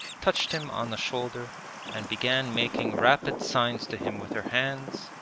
touched him on the shoulder and began making rapid signs to him with her hands,